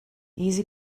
easy